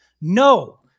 no